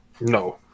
No